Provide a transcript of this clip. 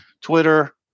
Twitter